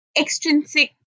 extrinsic